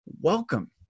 Welcome